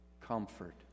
comfort